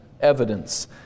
evidence